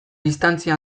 distantzia